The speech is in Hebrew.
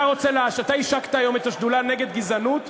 אתה השקת היום את השדולה נגד גזענות,